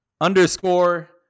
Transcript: underscore